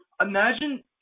Imagine